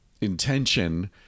intention